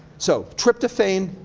so, tryptophan,